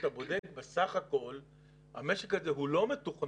כשאתה בודק, בסך הכול המשק הזה לא מתוכנן